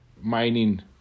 mining